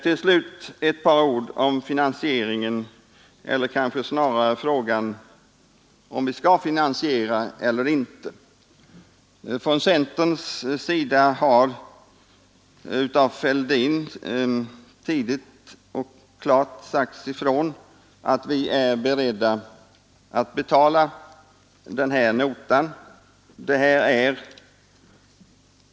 Till slut ett par ord om finansieringen, eller kanske snarare om frågan om vi skall finansiera eller inte. För centerns del har herr Fälldin tydligt sagt klart ifrån, att vi är beredda att betala den här notan.